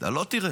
אתה לא תראה.